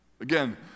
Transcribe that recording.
Again